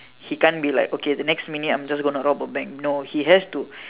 he can't be like okay the next minute I'm just gonna rob a bank no he has to